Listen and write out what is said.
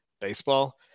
baseball